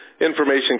information